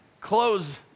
Close